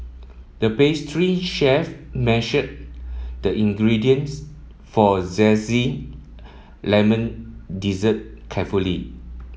the pastry chef measured the ingredients for a zesty lemon dessert carefully